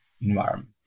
environment